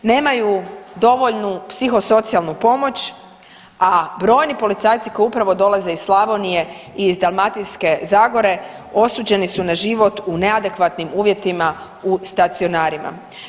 Nemaju dovoljnu psihosocijalnu pomoć, a brojni policajci koji upravo dolaze iz Slavonije i iz Dalmatinske zagore osuđeni su na život u neadekvatnim uvjetima u stacionarima.